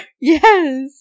Yes